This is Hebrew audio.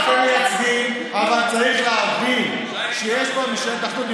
אתם מייצגים, אבל צריך להבין שיש פה ממשלת אחדות.